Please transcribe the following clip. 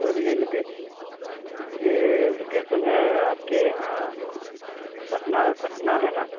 سر یہ لوکیشن یہ لوکیشن ہے آپ کے یہاں پٹنہ پٹنہ ہے نا